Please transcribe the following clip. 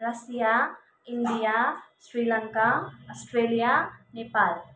Russia India Sri Lanka Australia Nepal